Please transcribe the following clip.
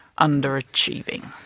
underachieving